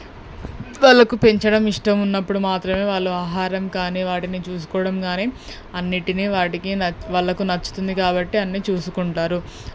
వాళ్ళకు పెంచడం ఇష్టం ఉన్నప్పుడు మాత్రమే వాళ్ళు ఆహారం కానీ వాటిని చూసుకోవడం కానీ అన్నింటిని వాటికి నచ్ వాళ్ళకు నచ్చుతుంది కాబట్టి అన్నీ చూసుకుంటారు